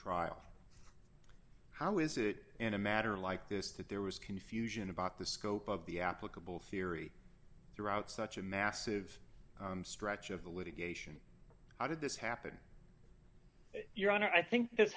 trial how is it in a matter like this that there was confusion about the scope of the applicable theory throughout such a massive stretch of the litigation how did this happen your honor i think this